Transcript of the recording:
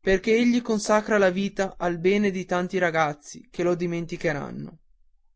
perché egli consacra la vita al bene di tanti ragazzi che lo dimenticheranno